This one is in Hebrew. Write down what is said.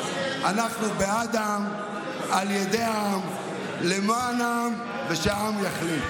אנחנו בעד העם, על ידי העם, למען העם ושהעם יחליט.